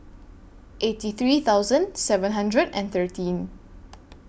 eighty three thousand seven hundred and thirteen